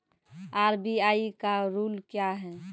RBI का rule क्या हैं?